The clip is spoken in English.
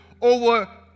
over